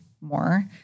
more